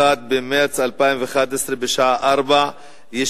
1 במרס 2011, בשעה 16:00. תודה רבה.